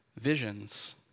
visions